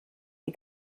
die